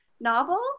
novel